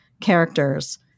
characters